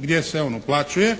gdje se on uplaćuje